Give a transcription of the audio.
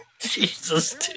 Jesus